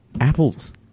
apples